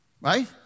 right